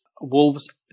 Wolves